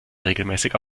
regelmäßig